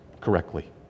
correctly